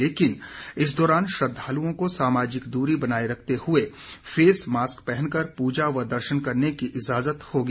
लेकिन इस दौरान श्रद्धालुओं को सामाजिक दूरी बनाए रखते हए फेस मास्क पहनकर पूजा व दर्शन करने की इजाजत होगी